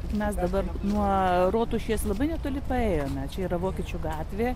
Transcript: mes dabar nuo rotušės labai netoli paėjome čia yra vokiečių gatvė